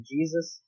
Jesus